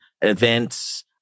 events